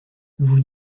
vous